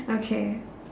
okay